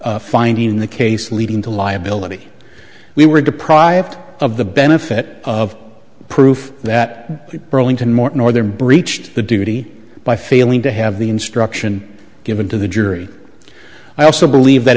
central finding in the case leading to liability we were deprived of the benefit of proof that burlington morton or their breached the duty by failing to have the instruction given to the jury i also believe that